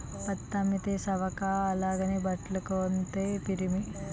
పత్తి అమ్మితే సవక అలాగని బట్టలు కొంతే పిరిమి